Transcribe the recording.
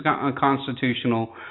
unconstitutional